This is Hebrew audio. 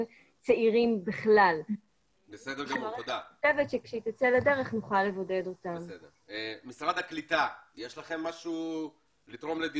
דיון מס' 5. היום ה-10 בנובמבר 2020. יש לנו היום שני דיונים,